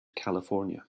california